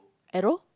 arrow